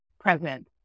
present